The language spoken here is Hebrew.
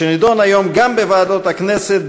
שנדון היום גם בוועדות הכנסת,